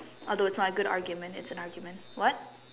although it's not a good argument it's an argument what